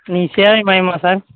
நீங்கள் சேவை மையமாக சார்